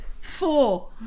Four